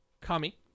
kami